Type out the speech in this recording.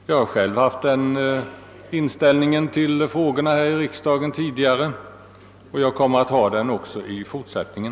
Det är den inställning jag haft hittills till de frågor vi behandlat här i riksdagen, och jag kommer även i fortsättningen att ha den inställningen.